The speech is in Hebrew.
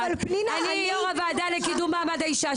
אני יו"ר הוועדה לקידום מעמד האישה,